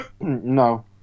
No